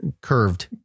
curved